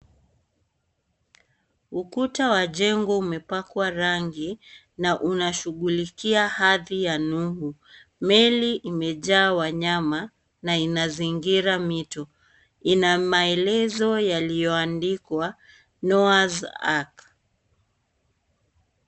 Ukuta wa jengo umepakwa rangi na unashughulikia hadhi ya Nuhu . Meli imejaa wanyama na ina zingira mitu . Ina maelezo yaliyoandikwa Noah's Ark .